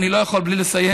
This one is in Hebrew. אני לא יכול בלי לסיים: